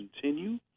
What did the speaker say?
continue